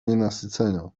nienasycenia